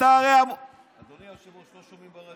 אדוני היושב-ראש, לא שומעים.